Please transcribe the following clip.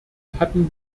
hatten